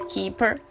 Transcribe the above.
Keeper